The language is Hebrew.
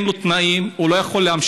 אין לו תנאים, הוא לא יכול להמשיך.